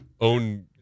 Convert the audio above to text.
own